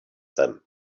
them